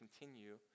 continue